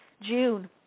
June